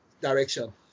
direction